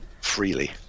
freely